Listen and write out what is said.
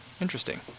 interesting